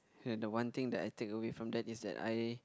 and the one thing that I take away from that is that I